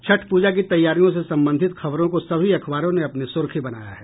छठ पूजा की तैयारियों से संबंधित खबरों को सभी अखबारों ने अपनी सुर्खी बनाया है